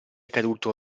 caduto